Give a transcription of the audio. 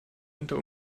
unter